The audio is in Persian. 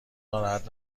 ناراحت